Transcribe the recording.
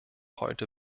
heute